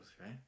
right